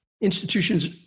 institutions